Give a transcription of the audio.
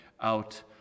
out